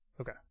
Okay